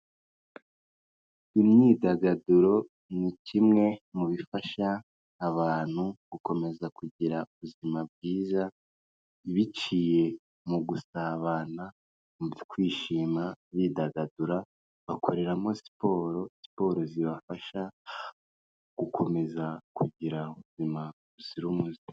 Imyidagaduro ni kimwe mu bifasha abantu gukomeza kugira ubuzima bwiza, biciye mu gusabana, mu kwishima, bidagadura, bakoreramo siporo, siporo zibafasha gukomeza kugira ubuzima buzira umuze.